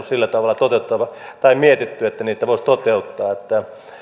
sillä tavalla mietitty että niitä voisi toteuttaa